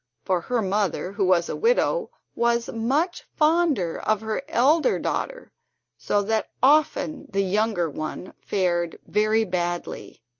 for her mother, who was a widow, was much fonder of her elder daughter so that often the younger one fared very badly,